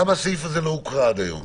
למה הסעיף הזה לא הוקרא עד היום?